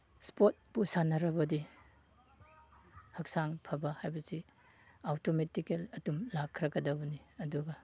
ꯏꯁꯄꯣꯔꯠꯄꯨ ꯁꯥꯟꯅꯔꯕꯗꯤ ꯍꯛꯆꯥꯡ ꯐꯕ ꯍꯥꯏꯕꯁꯤ ꯑꯣꯇꯣꯃꯦꯇꯤꯀꯦꯜ ꯑꯗꯨꯝ ꯂꯥꯛꯈ꯭ꯔꯒꯗꯕꯅꯤ ꯑꯗꯨꯒ